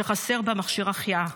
שחסר בה מכשיר החייאה.